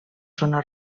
zona